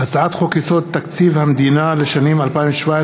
הצעת חוק-יסוד: תקציב המדינה לשנים 2017